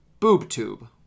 BoobTube